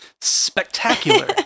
spectacular